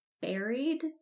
buried